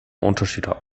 unterschiede